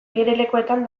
igerilekuetan